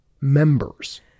members